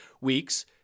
week's